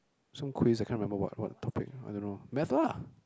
some quizz I cannot remember what what topic I don't know metal ah